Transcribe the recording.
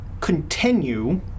continue